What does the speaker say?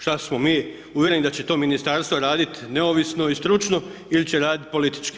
Šta smo mi uvjereni da će to Ministarstvo radit neovisno i stručno ili će raditi politički?